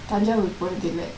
tanjore போனதில்ல:ponathilla